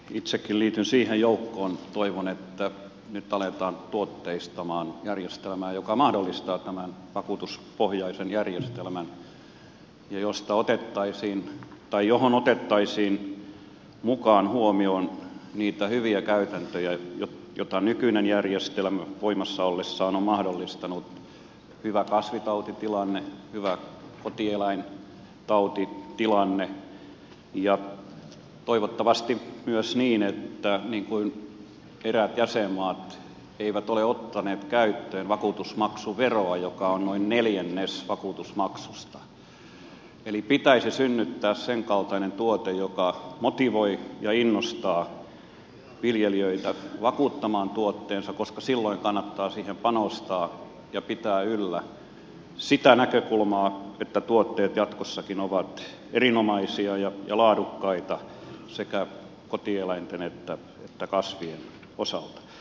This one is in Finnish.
itsekin liityn siihen joukkoon joka toivoo että nyt aletaan tuotteistamaan järjestelmää joka mahdollistaa tämän vakuutuspohjaisen järjestelmän ja johon otettaisiin mukaan huomioon niitä hyviä käytäntöjä joita nykyinen järjestelmä voimassa ollessaan on mahdollistanut hyvä kasvitautitilanne hyvä kotieläintautitilanne ja toivottavasti myös niin niin kuin eräät jäsenmaat eivät ole ottaneet käyttöön vakuutusmaksuveroa joka on noin neljännes vakuutusmaksusta että synnytettäisiin senkaltainen tuote joka motivoi ja innostaa viljelijöitä vakuuttamaan tuotteensa koska silloin kannattaa siihen panostaa ja pitää yllä sitä näkökulmaa että tuotteet jatkossakin ovat erinomaisia ja laadukkaita sekä kotieläinten että kasvien osalta